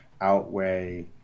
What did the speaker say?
outweigh